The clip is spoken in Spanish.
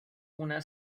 una